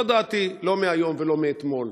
זו דעתי, לא מהיום ולא מאתמול.